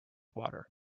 water